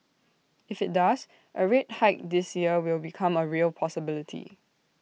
if IT does A rate hike this year will become A real possibility